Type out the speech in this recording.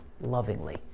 lovingly